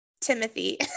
Timothy